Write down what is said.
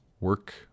work